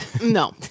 No